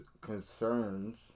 concerns